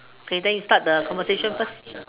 okay then you start the conversation first